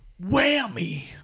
whammy